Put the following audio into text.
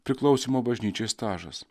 priklausymo bažnyčiai stažas